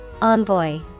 Envoy